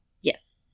Yes